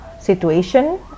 situation